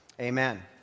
Amen